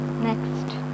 next